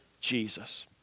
Jesus